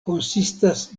konsistas